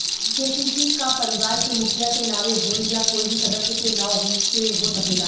KCC का परिवार के मुखिया के नावे होई या कोई भी सदस्य के नाव से हो सकेला?